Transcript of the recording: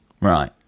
Right